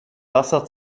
wasser